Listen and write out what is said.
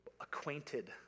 acquainted